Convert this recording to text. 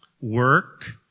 work